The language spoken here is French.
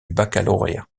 baccalauréat